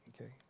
Okay